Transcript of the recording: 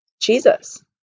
Jesus